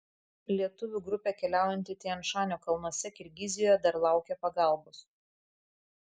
lietuvių grupė keliaujanti tian šanio kalnuose kirgizijoje dar laukia pagalbos